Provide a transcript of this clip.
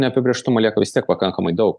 neapibrėžtumo lieka vis tiek pakankamai daug